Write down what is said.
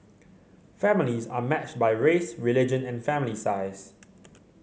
families are matched by race religion and family size